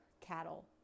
cattle